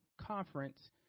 Conference